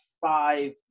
five